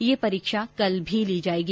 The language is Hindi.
ये परीक्षा कल भी ली जाएगी